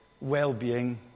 well-being